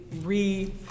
re